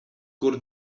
kur